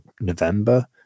November